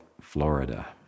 Florida